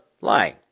lying